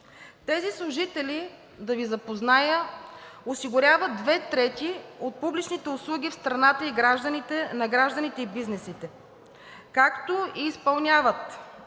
Тези служители – да Ви запозная, осигуряват две трети от публичните услуги в страната на гражданите и бизнесите, както и изпълняват